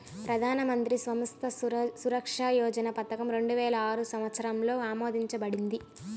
ప్రధాన్ మంత్రి స్వాస్థ్య సురక్ష యోజన పథకం రెండు వేల ఆరు సంవత్సరంలో ఆమోదించబడింది